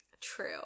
True